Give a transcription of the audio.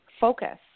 focus